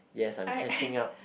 yes I am catching up